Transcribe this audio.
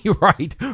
Right